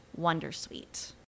Wondersuite